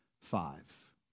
five